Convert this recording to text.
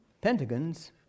pentagons